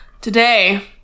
Today